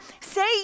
say